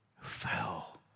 fell